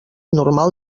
normal